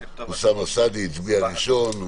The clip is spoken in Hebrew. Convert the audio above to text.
אוסאמה סעדי הצביע ראשון,